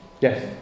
Yes